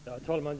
Herr talman!